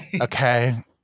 Okay